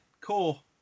Cool